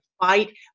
fight